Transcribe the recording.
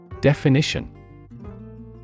Definition